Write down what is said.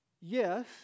yes